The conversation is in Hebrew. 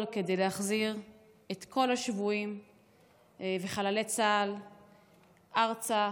כדי להחזיר את כל השבויים וחללי צה"ל ארצה,